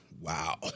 wow